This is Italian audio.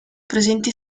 presenti